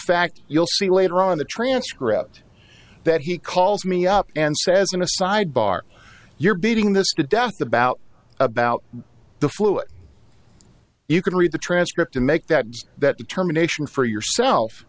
fact you'll see later on in the transcript that he calls me up and says in a sidebar you're beating this to death about about the fluid you can read the transcript and make that that determination for yourself